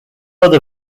other